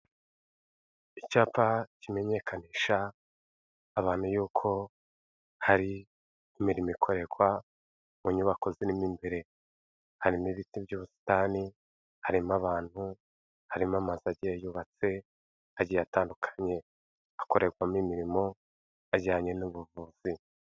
Icyapa kimenyekanisha abantu yuko hari imirimo ikorerwa mu nyubako zirimo imbere, harimo ibiti by'ubusitani, harimo abantu, harimo amazu agiye yubatse agiye atandukanye akorerwamo imirimo ajyanye n'ubuvuzi.